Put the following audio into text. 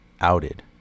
outed